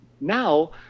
now